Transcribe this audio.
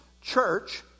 church